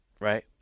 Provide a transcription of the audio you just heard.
Right